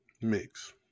mix